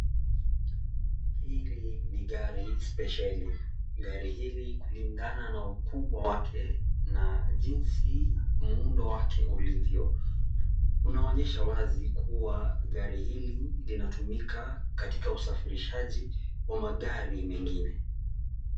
Hili ni gari spesheli, gari hili kulingana na ukubwa wake na jinsi muundo wake ulivyo unaonyesha wazi kuwa gari hili linatumika katika usafirishaji wa magari mengine.